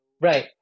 Right